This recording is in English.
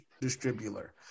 distributor